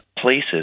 places